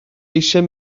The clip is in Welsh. eisiau